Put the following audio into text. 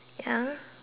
she's a